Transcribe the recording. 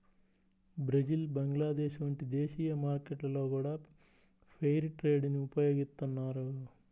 Brazil Bangladesh వంటి దేశీయ మార్కెట్లలో గూడా ఫెయిర్ ట్రేడ్ ని ఉపయోగిత్తన్నారు